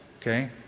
Okay